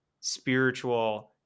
spiritual